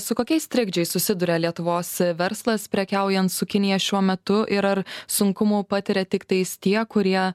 su kokiais trikdžiais susiduria lietuvos verslas prekiaujant su kinija šiuo metu ir ar sunkumų patiria tiktais tie kurie